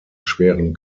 schweren